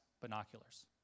binoculars